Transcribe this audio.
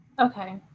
Okay